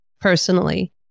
personally